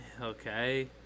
okay